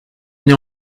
n’ai